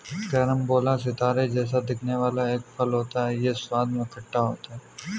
carambola सितारे जैसा दिखने वाला एक फल होता है यह स्वाद में खट्टा होता है